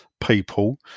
people